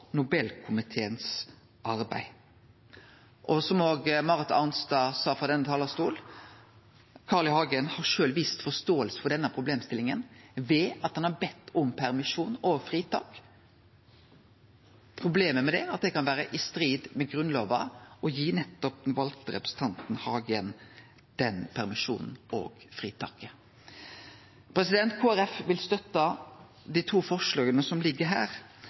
Nobelkomiteens arbeid.» Og som òg Marit Arnstad sa frå denne talarstolen: Carl I. Hagen har sjølv vist forståing for denne problemstillinga ved at han har bede om permisjon og fritak. Problemet med det er at det kan vere i strid med Grunnlova å gi den valde representanten, Hagen, permisjon og fritak. Kristeleg Folkeparti vil støtte dei to forslaga som ligg